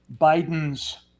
Biden's